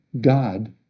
God